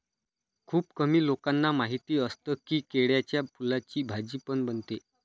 खुप कमी लोकांना माहिती असतं की, केळ्याच्या फुलाची भाजी पण बनते